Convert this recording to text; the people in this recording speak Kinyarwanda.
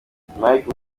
mike